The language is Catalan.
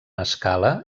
escala